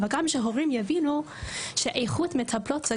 אבל גם שהורים יבינו שאיכות מטפלות זה